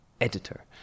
editor